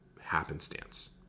happenstance